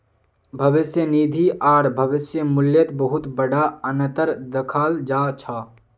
भविष्य निधि आर भविष्य मूल्यत बहुत बडा अनतर दखाल जा छ